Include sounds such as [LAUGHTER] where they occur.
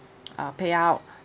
[NOISE] a payout